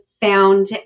found